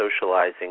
socializing